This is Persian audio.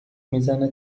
میزنه